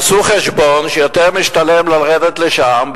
עשו חשבון שיותר משתלם לרדת לשם,